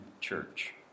church